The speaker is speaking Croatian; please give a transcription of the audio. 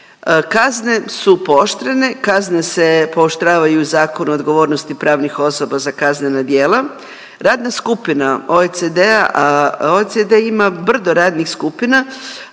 Kazne su pooštrene, kazne se pooštravaju Zakonom o odgovornosti pravnih osoba za kaznena djela. Radna skupina OECD-a, OECD ima brdo radnih skupina,